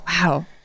Wow